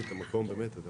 ואבוד,